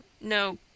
no